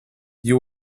you